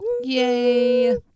Yay